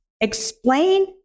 Explain